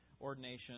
ordination